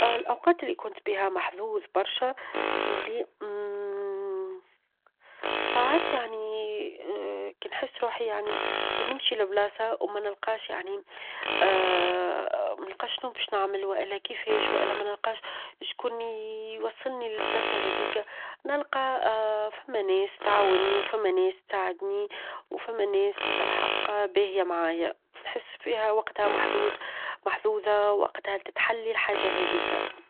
ا الأوقات اللي كنت بها محظوظ برشا اللي ساعات يعني كنحس روحي يعني كي نمشي لبلاصة وما نلقاش يعني ما نلقاش شنو شو بنعمل ولا كيفاش ولا ما نلقاش شكون يوصلني للبلاصة هاذيك نلقى فما ناس تعاوني، وفما ناس تساعدني، وفما ناس الحق باهية معايا، فنحسش فيها وقتها -محظوظ- محظوظة، وقتها تتحل الحاجة هاذيك.